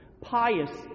pious